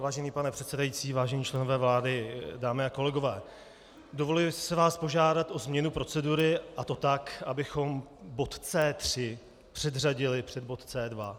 Vážený pane předsedající, vážení členové vlády, dámy a kolegové, dovoluji si vás požádat o změnu procedury, a to tak, abychom bod C3 předřadili před bod C2.